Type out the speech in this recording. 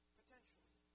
potentially